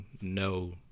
no